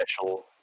special